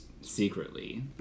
secretly